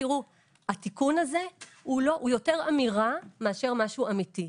התיקון הזה הוא יותר אמירה מאשר משהו אמיתי,